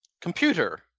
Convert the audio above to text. Computer